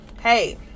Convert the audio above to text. hey